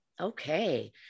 Okay